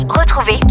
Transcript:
retrouvez